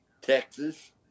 Texas